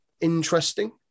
interesting